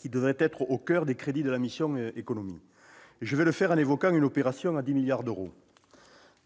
qui devrait être au coeur des crédits de la mission « Économie », et je vais le faire en évoquant une opération à 10 milliards d'euros.